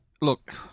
Look